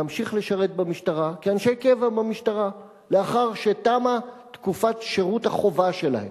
להמשיך לשרת במשטרה כאנשי קבע לאחר שתם שירות החובה שלהם.